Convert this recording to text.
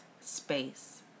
space